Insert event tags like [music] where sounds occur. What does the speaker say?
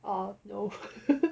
oh no [laughs]